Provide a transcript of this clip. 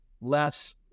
less